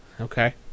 Okay